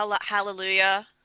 Hallelujah